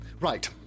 Right